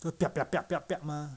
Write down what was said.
就 mah